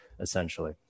essentially